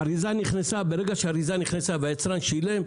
ברגע שהאריזה נכנסה והיצרן שילם,